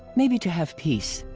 maybe to have peace.